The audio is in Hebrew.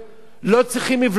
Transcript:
לא צריכים לבלום אותו.